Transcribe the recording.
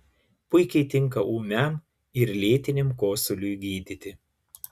puikiai tinka ūmiam ir lėtiniam kosuliui gydyti